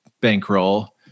bankroll